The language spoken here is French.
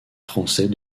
français